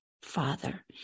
father